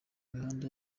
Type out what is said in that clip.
mihanda